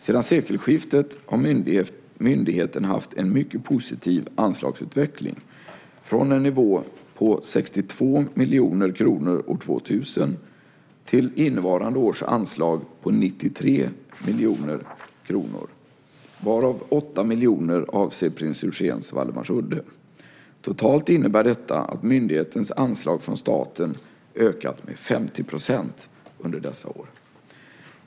Sedan sekelskiftet har myndigheten haft en mycket positiv anslagsutveckling: från en nivå på 62 miljoner kronor år 2000 till innevarande års anslag på 93 miljoner kronor, varav 8 miljoner avser Prins Eugens Waldemarsudde. Totalt innebär detta att myndighetens anslag från staten ökat med 50 % under dessa år.